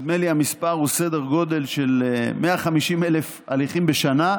נדמה לי שהמספר הוא בסדר גודל של 150,000 הליכים בשנה,